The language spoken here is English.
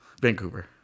Vancouver